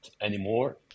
anymore